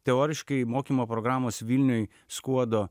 teoriškai mokymo programos vilniuj skuodo